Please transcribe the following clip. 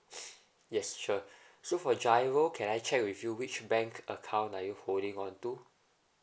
yes sure so for G_I_R_O can I check with you which bank account are you holding on to